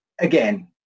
again